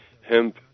hemp